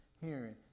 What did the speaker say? hearing